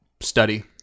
study